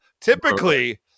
Typically